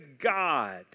God